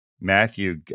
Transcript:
Matthew